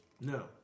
No